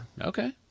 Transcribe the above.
Okay